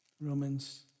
Romans